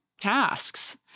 tasks